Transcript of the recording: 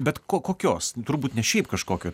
bet ko kokios turbūt ne šiaip kažkokio